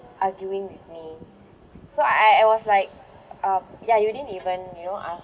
arguing with me so I I I was like um ya you didn't even you know ask